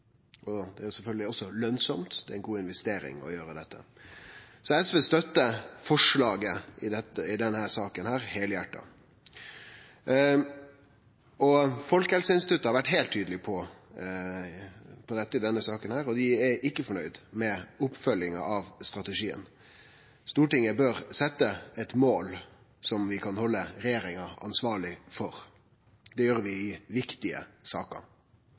Det er sjølvsagt også lønsamt, det er ei god investering å gjere dette. SV støttar difor forslaget i denne saka heilhjarta. Folkehelseinstituttet har vore heilt tydeleg i denne saka, og dei er ikkje fornøgde med oppfølginga av strategien. Stortinget bør setje eit mål som vi kan halde regjeringa ansvarleg for. Det gjer vi i viktige saker.